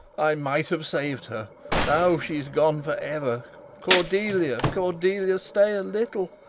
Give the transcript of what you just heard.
i might have sav'd her now she's gone for ever cordelia, cordelia! stay a little.